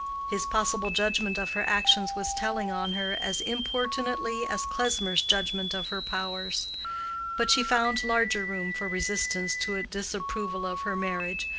his possible judgment of her actions was telling on her as importunately as klesmer's judgment of her powers but she found larger room for resistance to a disapproval of her marriage,